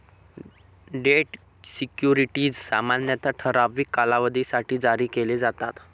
date securities सामान्यतः ठराविक कालावधीसाठी जारी केले जातात